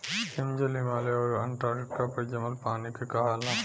हिमजल, हिमालय आउर अन्टार्टिका पर जमल पानी के कहाला